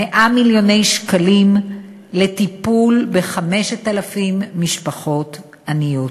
100 מיליוני שקלים לטיפול ב-5,000 משפחות עניות.